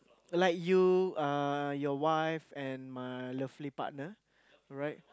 like you uh your wife and my lovely partner alright